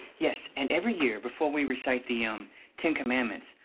yes, and every year before we recite the um ten commandments,